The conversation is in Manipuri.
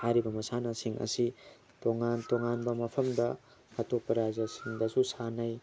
ꯍꯥꯏꯔꯤꯕ ꯃꯁꯥꯟꯅꯁꯤꯡ ꯑꯁꯤ ꯇꯣꯉꯥꯟ ꯇꯣꯉꯥꯟꯕ ꯃꯐꯝꯗ ꯑꯇꯣꯞꯄ ꯔꯥꯖ꯭ꯌꯥꯁꯤꯡꯗꯁꯨ ꯁꯥꯟꯅꯩ